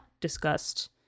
discussed